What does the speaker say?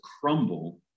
crumble